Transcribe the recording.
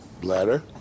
bladder